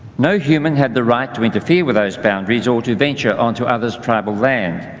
no human had the right to interfere with those boundaries or to venture onto others tribal land.